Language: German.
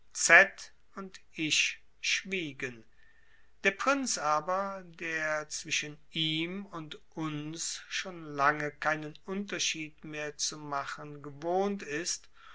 und ich schwiegen der prinz aber der zwischen ihm und uns schon lange keinen unterschied mehr zu machen gewohnt ist